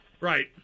Right